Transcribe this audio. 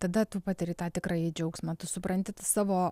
tada tu patiri tą tikrąjį džiaugsmą tu supranti tą savo